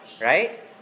right